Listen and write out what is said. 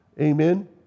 Amen